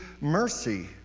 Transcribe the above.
mercy